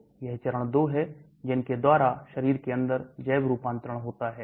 यह 2 चरण हैं जिनके द्वारा शरीर के अंदर जैव रूपांतरण होता है